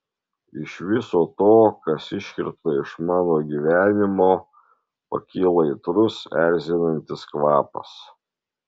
iš viso to kas iškirpta iš mano gyvenimo pakyla aitrus erzinantis kvapas